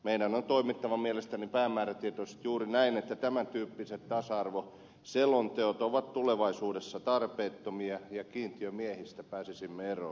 meidän on toimittava mielestäni päämäärätietoisesti juuri näin että tämän tyyppiset tasa arvoselonteot ovat tulevaisuudessa tarpeettomia ja kiintiömiehistä pääsisimme eroon